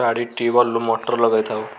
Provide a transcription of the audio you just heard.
ପାଣି ଟିୱଲ୍ରୁ ମୋଟର୍ ଲଗାଇଥାଉ